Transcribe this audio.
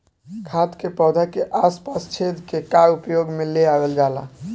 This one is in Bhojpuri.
खाद के पौधा के आस पास छेद क के उपयोग में ले आवल जाला